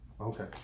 okay